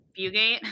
Bugate